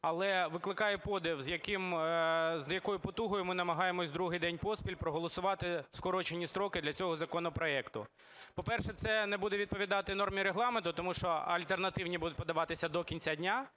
Але викликає подив, з якою потугою ми намагаємося другий день поспіль проголосувати скорочені строки для цього законопроекту. По-перше, це не буде відповідати нормі Регламенту, тому що альтернативні будуть подаватися до кінця дня,